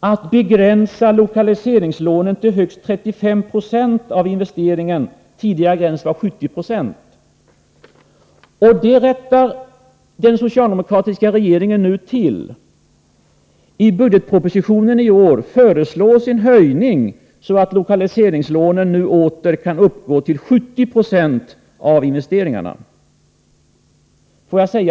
att begränsa lokaliseringslånen till högst 35 26 av investeringarna — tidigare gräns var 70 70. Detta rättar den socialdemokratiska regeringen nu till. I budgetpropositionen i år föreslås en höjning, så att lokaliseringslånen åter kan uppgå till 70 70 av investeringarna. Fru talman!